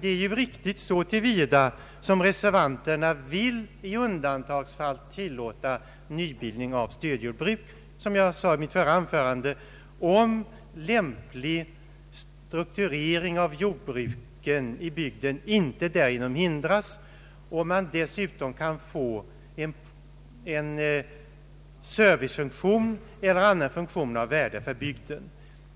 Det är riktigt så till vida som reservanterna i undantagsfall vill tillåta nybildning av stödjordbruk, om — som jag sade i mitt förra anförande — lämplig strukturering av jordbruket i bygden inte därigenom hindras och man dessutom kan få en servicefunktion eller annan funktion av värde för bygden.